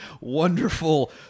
wonderful